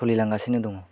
सोलिलांगासिनो दङ